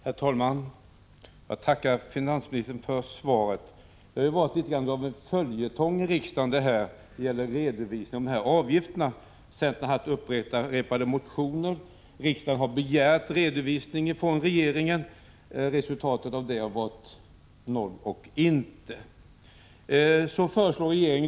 Herr talman! Jag tackar finansministern för svaret. Redovisningen av avgifterna i fråga har ju varit något av en följetong här i riksdagen. Centern har upprepade gånger avlämnat motioner. Riksdagen har begärt en redovisning från regeringen. Men dessa ansträngningar har gett noll och intet till resultat.